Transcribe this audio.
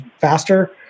faster